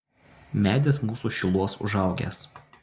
medis mūsų šiluos užaugęs